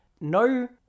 no